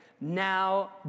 Now